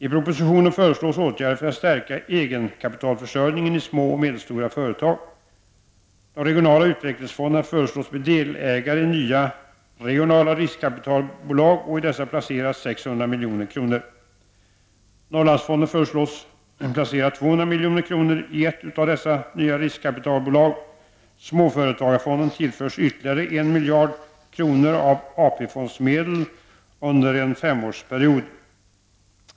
I propositionen föreslås åtgärder för att stärka egenkapitalförsörjningen i små och medelstora företag. De regionala utvecklingsfonderna föreslås bli delägare i nya regionala riskkapitalbolag och i dessa placera 600 milj.kr. Norrlandsfonden föreslås placera 200 milj.kr. i ett av dessa nya riskkapitalbolag. Småföretagsfonden tillförs ytterligare 1 miljard kronor av AP-fondsmedel under en femårsperiod.